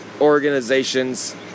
organizations